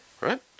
right